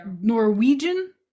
norwegian